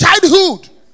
childhood